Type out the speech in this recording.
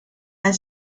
and